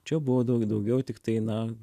čia buvo daug daugiau tiktai na